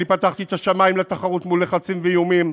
פתחתי את השמים לתחרות מול לחצים ואיומים,